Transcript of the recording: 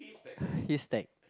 haystack